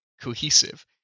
cohesive